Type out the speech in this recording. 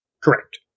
correct